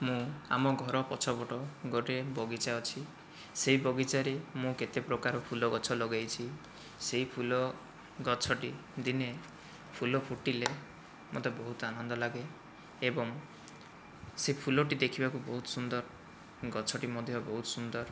ମୁଁ ଆମ ଘର ପଛପଟ ଗୋଟିଏ ବଗିଚା ଅଛି ସେହି ବଗିଚାରେ ମୁଁ କେତେ ପ୍ରକାର ଫୁଲ ଗଛ ଲଗାଇଛି ସେହି ଫୁଲ ଗଛଟି ଦିନେ ଫୁଲ ଫୁଟିଲେ ମୋତେ ବହୁତ ଆନନ୍ଦ ଲାଗେ ଏବଂ ସେ ଫୁଲଟି ଦେଖିବାକୁ ବହୁତ ସୁନ୍ଦର ଗଛଟି ମଧ୍ୟ ବହୁତ ସୁନ୍ଦର